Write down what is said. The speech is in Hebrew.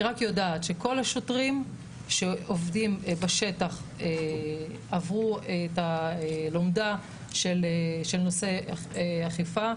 אני רק יודעת שכל השוטרים שעובדים בשטח עברו את הלומדה של נושא אכיפה.